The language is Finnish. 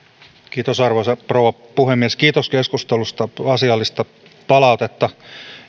kiitos arvoisa rouva puhemies kiitos keskustelusta asiallista palautetta